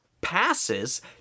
Passes